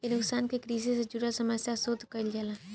ए अनुसंधान में कृषि से जुड़ल समस्या पर शोध कईल जाला